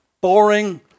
boring